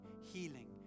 healing